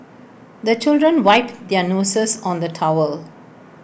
the children wipe their noses on the towel